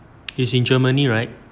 it's in germany right